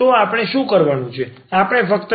તો આપણે શું કરવાનું છે